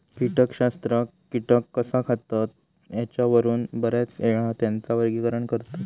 कीटकशास्त्रज्ञ कीटक कसा खातत ह्येच्यावरून बऱ्याचयेळा त्येंचा वर्गीकरण करतत